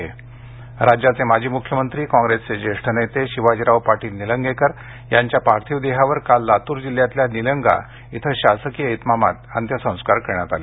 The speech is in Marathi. निलंगेकर अंत्यसंस्कार राज्याचे माजी मुख्यमंत्री कॉग्रेसचे जेष्ठ नेते शिवाजीराव पाटील निलंगेकर यांच्या पार्थिव देहावर काल लातूर जिल्ह्यातल्या निलंगा इथं शासकीय इतमातात अंत्यसंस्कार करण्यात आले